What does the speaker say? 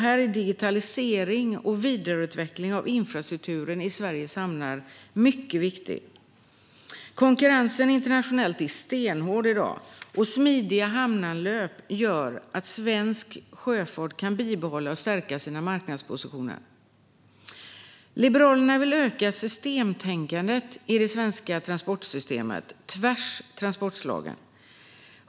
Här är digitalisering och vidareutveckling av infrastrukturen i Sveriges hamnar mycket viktig. Konkurrensen internationellt är stenhård i dag, och smidiga hamnanlöp gör att svensk sjöfart kan bibehålla och stärka sina marknadspositioner. Liberalerna vill öka systemtänkandet i det svenska transportsystemet på tvärs över transportslagen.